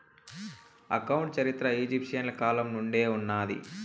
account చరిత్ర ఈజిప్షియన్ల కాలం నుండే ఉన్నాది